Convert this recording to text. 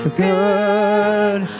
good